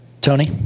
Tony